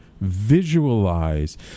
visualize